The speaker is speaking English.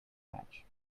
hatch